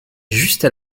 juste